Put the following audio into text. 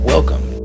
Welcome